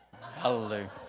Hallelujah